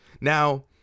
Now